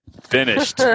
Finished